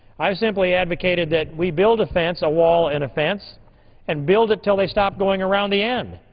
i've simply advocated that we build a fence, a wall and a fence and build it until they stop going around the end.